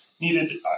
needed